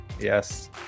Yes